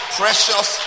precious